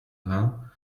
vin